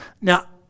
Now